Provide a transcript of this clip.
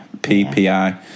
PPI